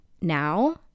now